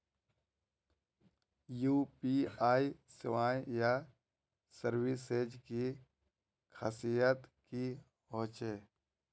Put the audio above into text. UPI सेवाएँ या services की खासियत की होचे?